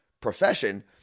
profession